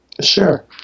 Sure